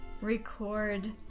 record